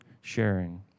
sharing